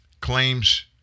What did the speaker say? claims